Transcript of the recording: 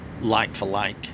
like-for-like